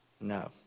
no